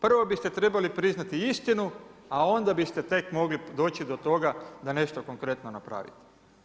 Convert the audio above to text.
Prvo biste trebali priznati istinu, a onda biste tek mogli doći do toga da nešto konkretno napravite.